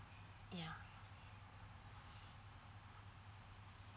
ya